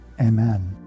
Amen